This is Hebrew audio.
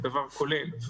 כדבר כולל,